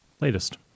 latest